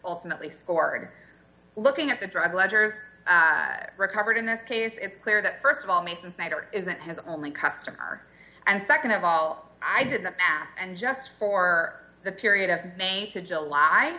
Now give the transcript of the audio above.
ultimately scored looking at the drug ledgers recovered in this case it's clear that st of all mason snyder isn't his only customer and nd of all i did the patch and just for the period of may to july